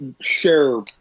share